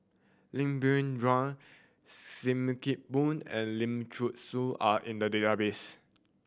Lim Biow Chuan Sim Kee Boon and Lim Thean Soo are in the database